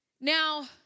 Now